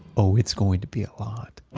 oh, it's going to be a lot